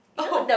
oh